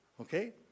okay